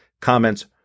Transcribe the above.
comments